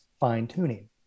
fine-tuning